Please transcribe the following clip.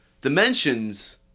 Dimensions